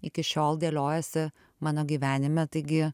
iki šiol dėliojasi mano gyvenime taigi